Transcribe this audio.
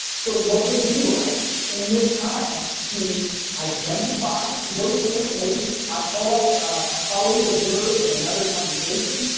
so, what would it be like in this time to identify to go through. maybe i call up a colleague of yours at another congregation